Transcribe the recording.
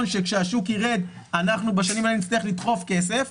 שכשהשוק יירד אנחנו בשנים האלה נצטרך לדחוף כסף,